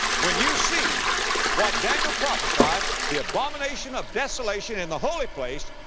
when you see what daniel prophesied, the abomination of desolation in the holy place,